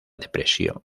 depresión